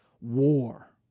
war